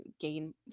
gain